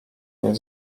nie